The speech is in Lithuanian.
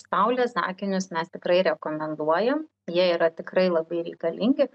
saulės akinius mes tikrai rekomenduojam jie yra tikrai labai reikalingi